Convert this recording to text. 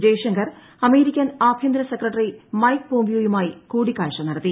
Jaishankar American ആഭൃന്തര secretary Mike പോംപിയോയുമായി കൂടിക്കാഴ്ച നടത്തി